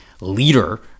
leader